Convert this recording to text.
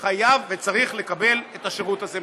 חייב וצריך לקבל את השירות הזה מהן.